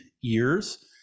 years